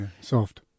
Soft